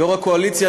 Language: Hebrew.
יושב-ראש הקואליציה,